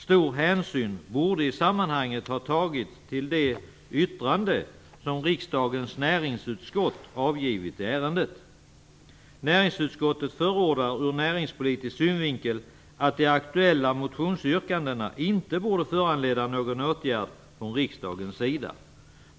Stor hänsyn borde i sammanhanget ha tagits till det yttrande som riksdagens näringsutskott avgivit i ärendet. Näringsutskottet förordar ur näringspolitisk synvinkel att de aktuella motionsyrkandena inte borde föranleda någon åtgärd från riksdagens sida.